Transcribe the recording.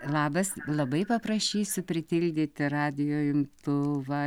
labas labai paprašysiu pritildyti radijo imtuvą